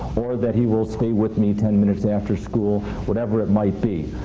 or that he will stay with me ten minutes after school, whatever it might be.